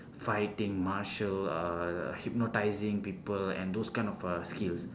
fighting martial uh hypnotising people and those kind of uh skill